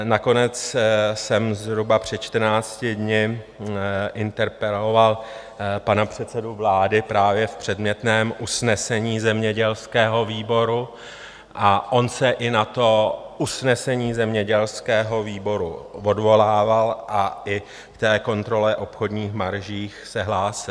Nakonec jsem zhruba před čtrnácti dny interpeloval pana předsedu vlády právě v předmětném usnesení zemědělského výboru, on se i na usnesení zemědělského výboru odvolával a i k té kontrole obchodních marží se hlásil.